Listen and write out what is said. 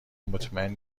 مطمئن